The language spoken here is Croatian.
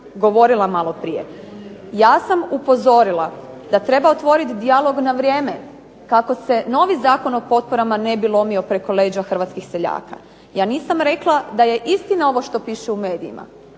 govorila malo prije. Ja sam upozorila da treba otvoriti dijalog na vrijeme kako se novi Zakon o potporama ne bi lomio preko leđa hrvatskih seljaka. Ja nisam rekla da je istina ovo što piše u medijima.